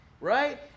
right